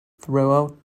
throughout